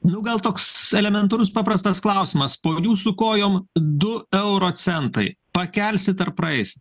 nu gal toks elementarus paprastas klausimas po jūsų kojom du euro centai pakelsit ar praeisi